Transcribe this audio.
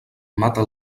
mata